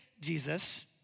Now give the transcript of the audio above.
Jesus